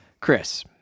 Chris